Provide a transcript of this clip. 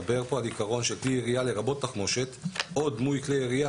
מדבר פה על העיקרון של כלי ירייה לרבות תחמושת או דמוי כלי ירייה,